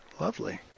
lovely